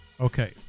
Okay